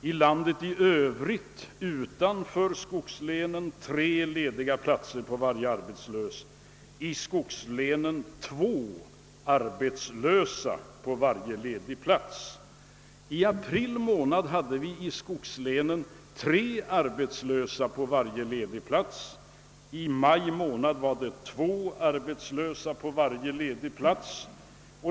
I landet i övrigt utanför skogslänen går det tre lediga platser på varje arbetslös, men i skogslänen går det två arbetslösa på varje ledig plats. I april månad hade vi i skogslänen tre arbetslösa på varje ledig plats, och i maj månad var det två arbetslösa på varje ledig plats.